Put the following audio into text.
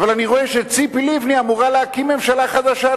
אבל אני רואה שציפי לבני אמורה להקים ממשלה חדשה,